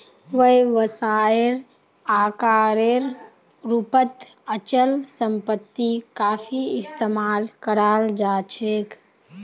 व्यवसायेर आकारेर रूपत अचल सम्पत्ति काफी इस्तमाल कराल जा छेक